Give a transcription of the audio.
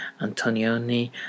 Antonioni